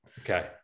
okay